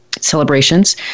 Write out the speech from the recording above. celebrations